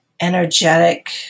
energetic